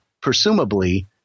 presumably